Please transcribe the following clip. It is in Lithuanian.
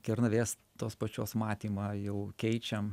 kernavės tos pačios matymą jau keičiam